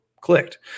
clicked